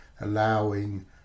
allowing